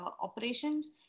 operations